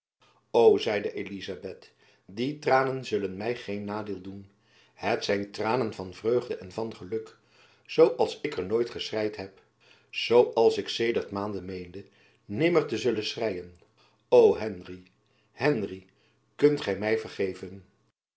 zeide elizabeth die tranen zullen my geen nadeel doen het zijn tranen van vreugde en van geluk zoo als ik er nooit geschreid heb zoo als ik sedert maanden meende nimmer te zullen schreien o henry henry kunt gy my vergeven